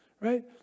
Right